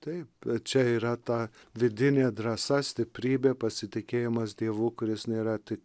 taip čia yra ta vidinė drąsa stiprybė pasitikėjimas dievu kuris nėra tik